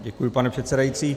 Děkuji, pane předsedající.